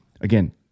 again